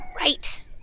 right